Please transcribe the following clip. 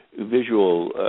visual